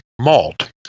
malt